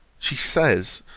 she says,